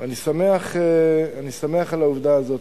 אני שמח על העובדה הזאת,